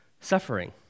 suffering